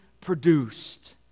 produced